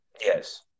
Yes